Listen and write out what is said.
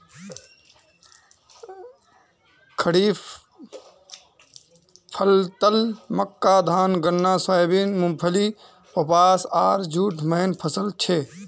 खड़ीफ फसलत मक्का धान गन्ना सोयाबीन मूंगफली कपास आर जूट मेन फसल हछेक